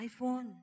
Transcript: iPhone